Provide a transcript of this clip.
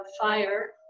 fire